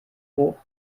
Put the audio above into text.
hoch